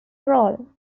role